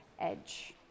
Edge